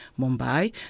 Mumbai